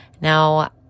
Now